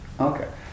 Okay